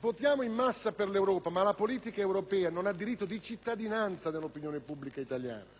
Votiamo in massa per l'Europa, ma la politica europea non ha diritto di cittadinanza nell'opinione pubblica italiana.